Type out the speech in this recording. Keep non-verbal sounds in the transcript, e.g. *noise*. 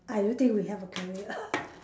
I don't think we have a career *laughs*